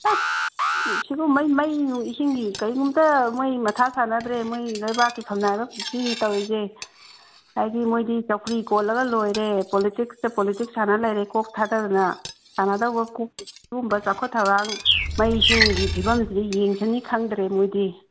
ꯑꯁ ꯁꯤꯕꯨ ꯃꯩ ꯅꯨꯡ ꯏꯁꯤꯡꯒꯤ ꯀꯔꯤꯒꯨꯝꯕ ꯑꯃꯇ ꯃꯣꯏ ꯃꯊꯥ ꯁꯥꯅꯗ꯭ꯔꯦ ꯃꯣꯏ ꯂꯩꯕꯥꯛꯀꯤ ꯐꯝꯅꯥꯏꯕꯁꯤꯡꯅ ꯇꯧꯔꯤꯁꯦ ꯍꯥꯏꯗꯤ ꯃꯣꯏꯗꯤ ꯆꯧꯀ꯭ꯔꯤ ꯀꯣꯜꯂꯒ ꯂꯣꯏꯔꯦ ꯄꯣꯂꯤꯇꯤꯛꯁꯇ ꯄꯣꯂꯤꯇꯤꯛꯁ ꯁꯥꯟꯅ ꯂꯩꯔꯦ ꯀꯣꯛ ꯊꯥꯗꯗꯅ ꯁꯥꯟꯅꯗꯧꯕ ꯀꯣꯛꯇꯤ ꯁꯤꯒꯨꯝꯕ ꯆꯥꯎꯈꯠ ꯊꯧꯔꯥꯡ ꯃꯩ ꯏꯁꯤꯡꯒꯤ ꯐꯤꯕꯝꯁꯤꯗꯤ ꯌꯦꯡꯁꯤꯟꯅꯤ ꯈꯪꯗ꯭ꯔꯦ ꯃꯣꯏꯗꯤ